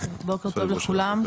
בוקר טוב לכולם,